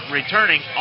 returning